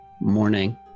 morning